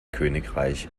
königreich